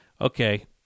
okay